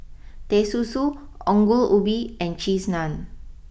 Teh Susu Ongol Ubi and Cheese Naan